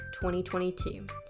2022